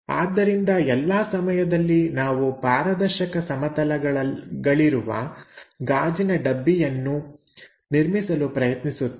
ಆದ್ದರಿಂದ ಎಲ್ಲಾ ಸಮಯದಲ್ಲಿ ನಾವು ಪಾರದರ್ಶಕ ಸಮತಲಗಳಿರುವ ಗಾಜಿನ ಡಬ್ಬಿಯನ್ನು ನಿರ್ಮಿಸಲು ಪ್ರಯತ್ನಿಸುತ್ತೇವೆ